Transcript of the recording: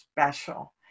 special